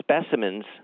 specimens